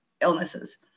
illnesses